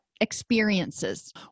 experiences